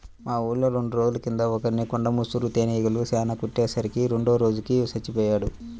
మా ఊర్లో రెండు రోజుల కింద ఒకర్ని కొండ ముసురు తేనీగలు చానా కుట్టే సరికి రెండో రోజుకి చచ్చిపొయ్యాడు